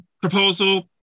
proposal